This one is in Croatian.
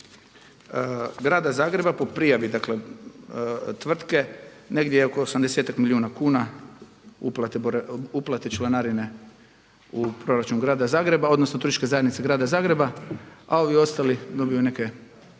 grada Zagreba po prijavi dakle tvrtke negdje oko 80-ak milijuna kuna uplate članarine u proračun grada Zagreba, odnosno Turističke zajednice grada Zagreba a ovi ostali dobiju neke